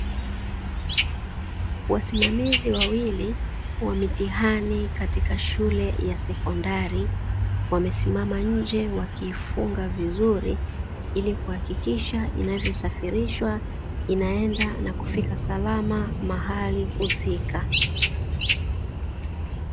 Wasimamizi wawili wa mitihani katika shule ya sekondari wamesimama nje wakiifunga vizuri ili kuhakikisha inavyosafirishwa inaenda na kufika salama mahali husika.